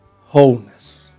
Wholeness